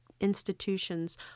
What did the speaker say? institutions